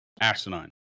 asinine